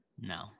No